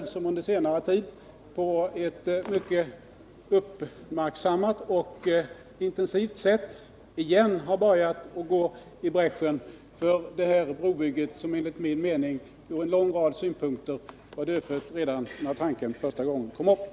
De har under senare tid på ett mycket uppmärksammat och intensivt sätt igen börjat gå i bräschen för brobygget, som enligt min mening ur en lång rad synpunkter var dödfött redan när tanken första gången kom upp.